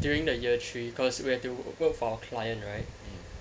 during the year three cause we have to work for our client right